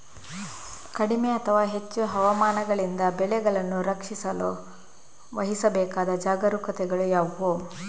ಕಡಿಮೆ ಅಥವಾ ಹೆಚ್ಚು ಹವಾಮಾನಗಳಿಂದ ಬೆಳೆಗಳನ್ನು ರಕ್ಷಿಸಲು ವಹಿಸಬೇಕಾದ ಜಾಗರೂಕತೆಗಳು ಯಾವುವು?